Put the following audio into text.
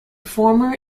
former